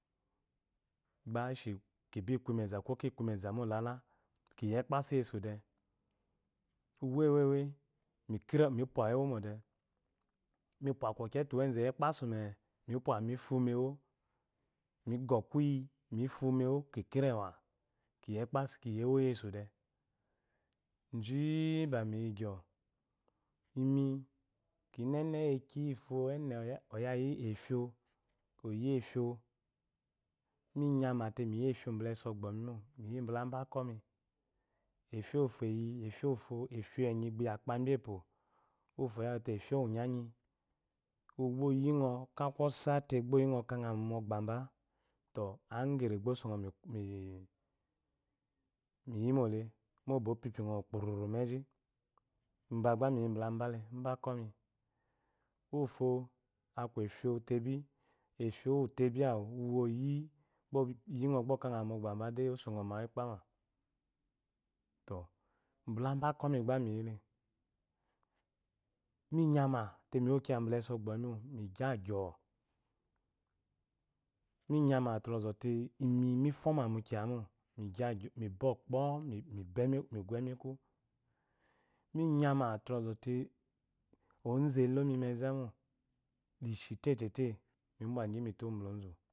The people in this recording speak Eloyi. gba kibi ku imeza ko kiku imeza mola la kiyi ekpasuyesu de uwewe mipwawu owemode nipwa kokye te de yi ekpasu me mi pwama nifumewo migwo kuyi mifu wo mewo kikiewa yeki yifo ene oyayi efio oyi eho menyamate miyi efio bala esɔgbomi mo miyi bala ba ako mi efio wufo eyi efoenyi iyi akpabi epowo uwufo oyate efiowonyanyi uwu gba oyingo okakogate gba oyingo okamɔgbaba to agyin gba osongo miyimole mu bopyipyingo pururu meji uba gba miyi bala ba mba ako mi ufo aku efiote bi efiowuteb oyingo gba okanga mogbable osongo mu awu ikpama tɔ bala bakomi gba miyiile minyate miwo kiya bala afogbomimo migyi a gyoo minyamate ls zɔte imimisama mu kiyamoo miowɔ kɔ miguemi eku minyate tɔte oole deni meza mo lishi tetete mibw gy mito bale ozama